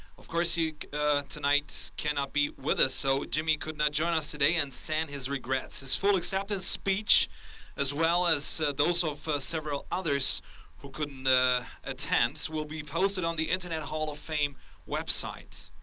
of course, he tonight cannot be with us so jimmy could not join us today and sends his regrets. his full acceptance speech as well as those of several others who couldn't attend will be posted on the internet hall of fame website.